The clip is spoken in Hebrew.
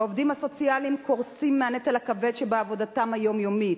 העובדים הסוציאליים קורסים מהנטל הכבד שבעבודתם היומיומית.